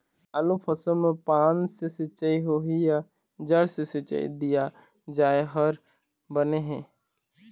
आलू फसल मे पान से सिचाई होही या जड़ से सिचाई दिया जाय हर बने हे?